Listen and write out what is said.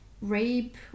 rape